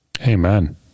Amen